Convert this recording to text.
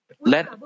let